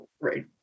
Right